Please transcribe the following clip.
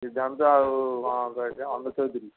ସିଦ୍ଧାନ୍ତ ର